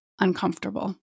uncomfortable